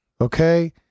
Okay